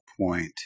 point